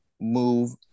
move